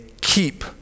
keep